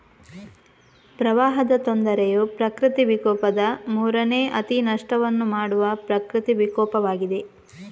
ಪ್ರವಾಹದ ತೊಂದರೆಯು ಪ್ರಕೃತಿ ವಿಕೋಪದ ಮೂರನೇ ಅತಿ ನಷ್ಟವನ್ನು ಮಾಡುವ ಪ್ರಕೃತಿ ವಿಕೋಪವಾಗಿದೆ